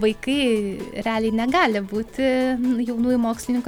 vaikai realiai negali būti jaunųjų mokslininkų